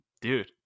Dude